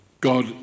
God